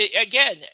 again